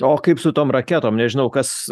o kaip su tom raketom nežinau kas